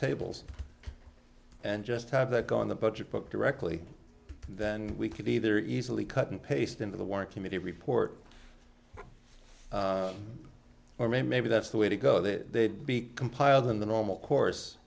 tables and just have that on the budget book directly then we can either easily cut and paste into the work committee report or maybe that's the way to go that they'd be compiled in the normal course